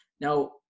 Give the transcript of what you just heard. Now